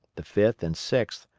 the fifth and sixth,